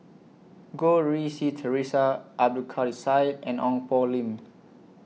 Goh Rui Si Theresa Abdul Kadir Syed and Ong Poh Lim